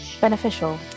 beneficial